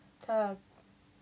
他